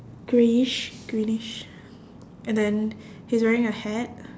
greyish greenish and then he's wearing a hat